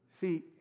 See